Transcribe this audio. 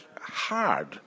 hard